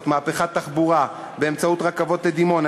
מהפכת תחבורה באמצעות רכבות לדימונה,